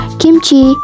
kimchi